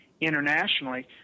internationally